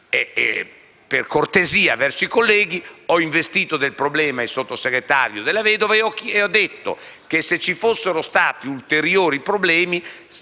per cortesia verso i colleghi, ho investito del problema il sottosegretario Della Vedova e ho detto che se ci fossero stati ulteriori problemi,